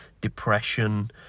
depression